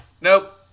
Nope